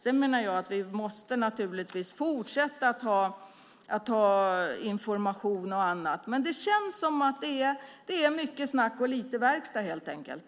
Sedan menar jag naturligtvis att vi måste fortsätta med information och annat, men det känns som om det är mycket snack och lite verkstad helt enkelt.